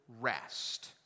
rest